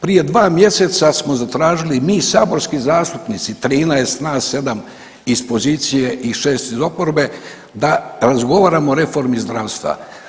Prije 2 mjeseca smo zatražili mi saborski zastupnici 13 nas 7 iz pozicije i 6 iz oporbe da razgovaramo o reformi zdravstva.